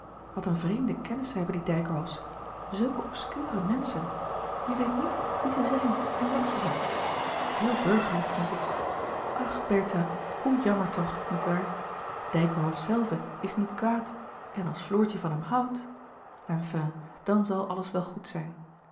wat een vreemde kennissen hebben die dijkerhofs zulke obscure menschen je weet niet wie ze zijn en wat ze zijn heel burgerlijk vind ik ach bertha hoe jammer toch niet waar dijkerhof zelve is niet kwaad en als floortje van hem houdt enfin dan zal alles wel goed zijn